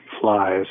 flies